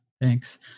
Thanks